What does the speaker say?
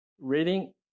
reading